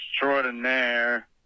extraordinaire